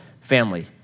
family